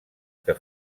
que